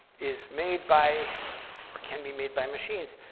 is made by or can be made by machines.